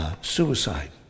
suicide